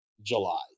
july